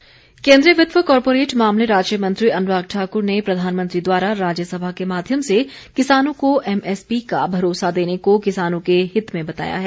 अनुराग ठाकुर केन्द्रीय वित्त व कॉरपोरेट मामले राज्य मंत्री अनुराग ठाकुर ने प्रधानमंत्री द्वारा राज्यसभा के माध्यम से किसानों को एमएसपी का भरोसा देने को किसानों के हित में बताया है